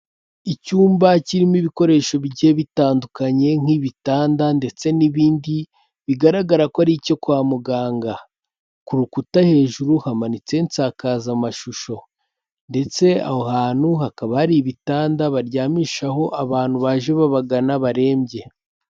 Icyumba kirimo ibikoresho bigiye bitandukanye nk'ibitanda ndetse n'ibindi, bigaragara ko ari ibyo kwa muganga, ku rukuta hejuru hamanitse insakazamashusho, ndetse aho hantu hakaba hari ibitanda baryamishaho abantu baje babagana barembye.